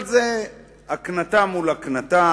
אבל זה הקנטה מול הקנטה.